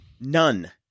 None